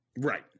right